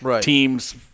teams